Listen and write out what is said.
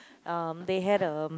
um they had um